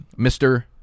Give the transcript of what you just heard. Mr